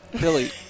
Billy